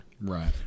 Right